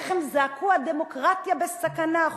איך הם זעקו: הדמוקרטיה בסכנה,